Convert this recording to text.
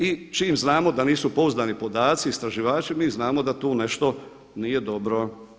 I čim znamo da nisu pouzdani podaci istraživači mi znamo da tu nešto nije dobro.